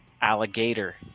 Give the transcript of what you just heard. alligator